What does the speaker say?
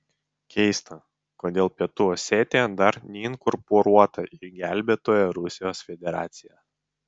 keista kodėl pietų osetija dar neinkorporuota į gelbėtoją rusijos federaciją